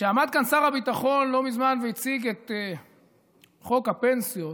כשעמד כאן שר הביטחון לא מזמן והציג את החוק הפנסיות,